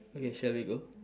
okay shall we go